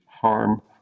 harm